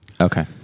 Okay